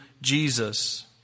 Jesus